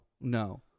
no